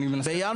האם הם בינואר?